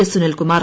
S Sunilkumar